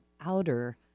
outer